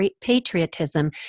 patriotism